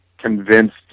Convinced